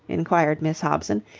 inquired miss hobson,